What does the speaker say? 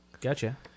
Gotcha